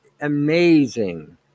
amazing